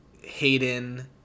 Hayden